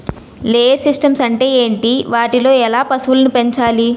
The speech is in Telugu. లేయర్ సిస్టమ్స్ అంటే ఏంటి? వాటిలో ఎలా పశువులను పెంచాలి?